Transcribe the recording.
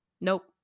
Nope